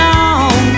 on